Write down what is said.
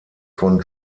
von